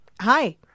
Hi